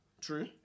True